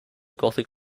gothic